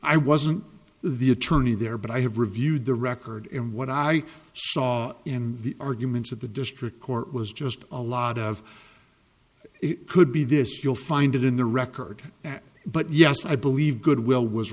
i wasn't the attorney there but i have reviewed the record and what i saw in the arguments of the district court was just a lot of it could be this you'll find it in the record but yes i believe good will was